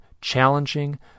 challenging